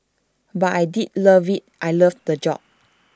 but I did loved IT L love the job